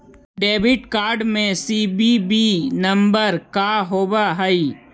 Debit card में CVV number का होव हइ?